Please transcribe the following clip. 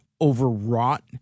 overwrought